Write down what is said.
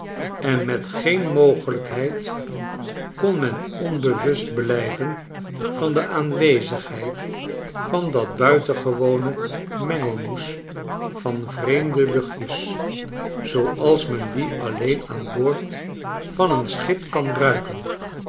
en met geen mogelijkheid kon men onbewust blijven van de aanwezigheid van dat buitengewonemengelmoesvanvreemdeluchtjes zooals men die alleen aan boord van een schip kan ruiken